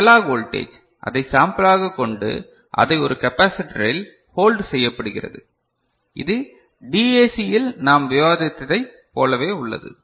எனவே analog voltage அதை சாம்பிளாக கொண்டு அதை ஒரு கெப்பாசிட்டரில் ஹோல்ட் செய்யப்படுகிறது இது DAC இல் நாம் விவாதித்ததைப் போலவே உள்ளது